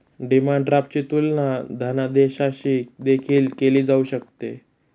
demand ड्राफ्टची तुलना धनादेशाशी देखील केली जाऊ शकते